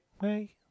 Hey